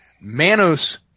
Manos